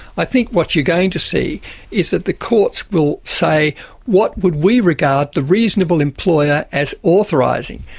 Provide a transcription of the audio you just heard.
i think what you're going to see is that the courts will say what would we regard the reasonable employer as authorising?